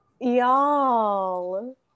Y'all